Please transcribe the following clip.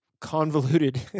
convoluted